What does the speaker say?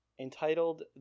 Entitled